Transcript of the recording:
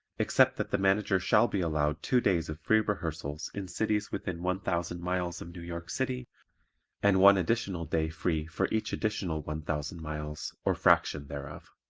except that the manager shall be allowed two days of free rehearsals in cities within one thousand miles of new york city and one additional day free for each additional one thousand miles or fraction thereof.